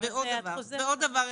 עוד דבר אחד.